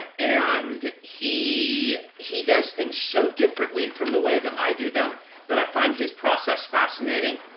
and he he does things so differently from the way that i do them that i find his process fascinating.